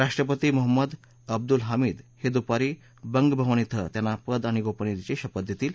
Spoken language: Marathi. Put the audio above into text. राष्ट्रपती मोहम्मसद अब्दुल हामिद हे दुपारी बंग भवन कें त्यांना पद आणि गोपनीयतेची शपथ देतील